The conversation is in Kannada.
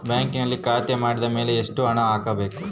ಬ್ಯಾಂಕಿನಲ್ಲಿ ಖಾತೆ ಮಾಡಿದ ಮೇಲೆ ಎಷ್ಟು ಹಣ ಹಾಕಬೇಕು?